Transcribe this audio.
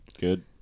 Good